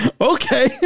Okay